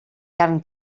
carn